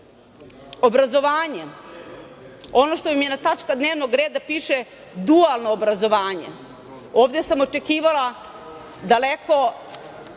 žene? Obrazovanje, ono što vam je tačka dnevnog reda piše – dualno obrazovanje. Ovde sam očekivala daleko